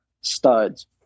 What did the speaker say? studs